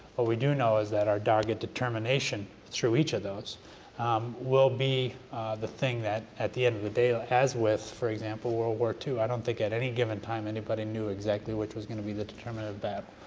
what we do know is that our dogged determination through each of those will be the thing that at the end of the day, ah as with, for example, world war ii, i don't think at any given time anybody knew exactly which was going to be the determinative battle,